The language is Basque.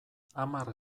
hamar